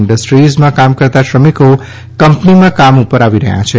ઇડિસ્ટ્રીઝમાં કામ કરતા શ્રમિકો કંપનીમાં કામ ઉપર આવી ગયા છે